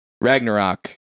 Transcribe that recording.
Ragnarok